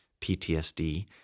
PTSD